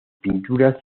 pinturas